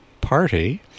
Party